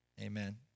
amen